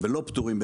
והם לא פטורים,